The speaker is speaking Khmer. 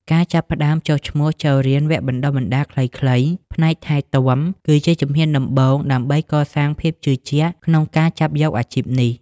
ការចាប់ផ្តើមចុះឈ្មោះចូលរៀនវគ្គបណ្តុះបណ្តាលខ្លីៗផ្នែកថែទាំ គឺជាជំហានដំបូងដើម្បីកសាងភាពជឿជាក់ក្នុងការចាប់យកអាជីពនេះ។